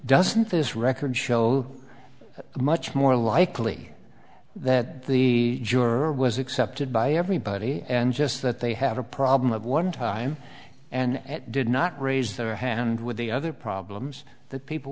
doesn't this record show much more likely that the juror was accepted by everybody and just that they have a problem one time and did not raise their hand with the other problems that people